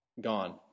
gone